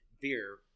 beer